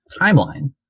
timeline